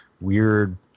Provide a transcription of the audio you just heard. weird